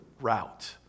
route